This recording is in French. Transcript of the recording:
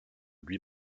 lui